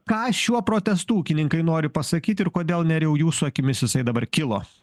ką šiuo protestu ūkininkai nori pasakyti ir kodėl nerijau jūsų akimis jisai dabar kilo